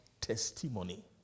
testimony